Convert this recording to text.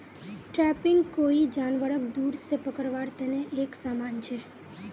trapping कोई जानवरक दूर से पकड़वार तने एक समान छे